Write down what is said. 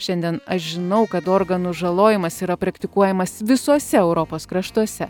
šiandien aš žinau kad organų žalojimas yra praktikuojamas visuose europos kraštuose